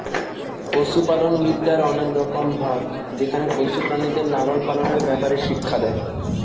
পশুপালনবিদ্যার অনেক রকম ভাগ যেখানে পশু প্রাণীদের লালন পালনের ব্যাপারে শিক্ষা দেয়